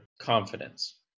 confidence